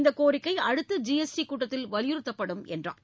இந்த கோரிக்கை அடுத்த ஜிஎஸ்டி கூட்டத்தில் வலியுறுத்தப்படும் என்றார்